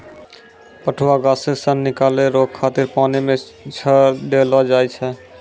पटुआ गाछ से सन निकालै रो खातिर पानी मे छड़ैलो जाय छै